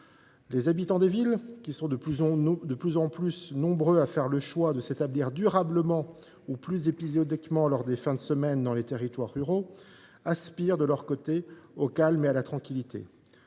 Les habitants des villes, qui sont de plus en plus nombreux à faire le choix de s’établir durablement ou épisodiquement, lors des fins de semaine, dans ces territoires ruraux, aspirent de leur côté au calme et à la tranquillité.